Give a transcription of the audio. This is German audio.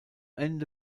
ende